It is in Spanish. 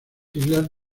islas